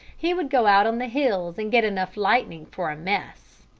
he would go out on the hills and get enough lightning for a mess.